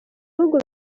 bihugu